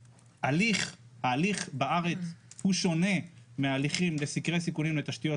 ההליך בארץ לסקרי סיכונים לתשתיות